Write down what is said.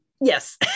yes